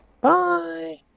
Bye